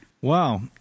Wow